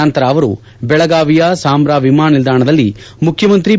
ನಂತರ ಅವರು ಬೆಳಗಾವಿಯ ಸಾಂಬ್ರಾ ವಿಮಾನ ನಿಲ್ಲಾಣದಲ್ಲಿ ಮುಖ್ಯಮಂತ್ರಿ ಬಿ